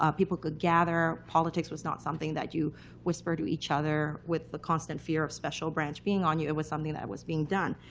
um people could gather. politics was not something that you whisper to each other with the constant fear of special branch being on you. it was something that was being done.